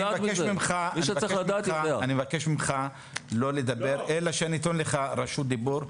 אני מבקש ממך לא לדבר אלא כשתינתן לך רשות דיבור.